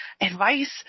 advice